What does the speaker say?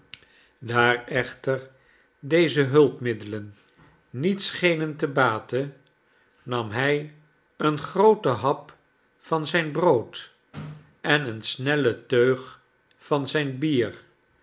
daar echter deze hulpmiddelen niet i schenen te baten nam hij een grooten hap van zijn brood en een snellen teug van zijn bier